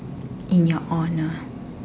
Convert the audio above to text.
in your honour